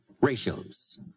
Ratios